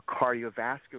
cardiovascular